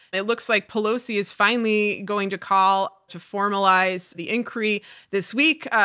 it looks like pelosi is finally going to call to formalize the inquiry this week,